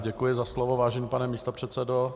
Děkuji za slovo, vážený pane místopředsedo.